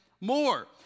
more